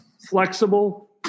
flexible